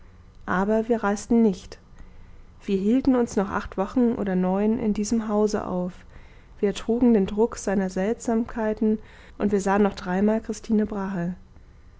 aber wir reisten nicht wir hielten uns noch acht wochen oder neun in diesem hause auf wir ertrugen den druck seiner seltsamkeiten und wir sahen noch dreimal christine brahe